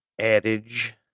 adage